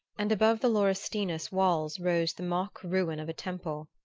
and above the laurustinus walls rose the mock ruin of a temple,